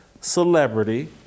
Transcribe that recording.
celebrity